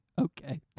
Okay